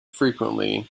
frequently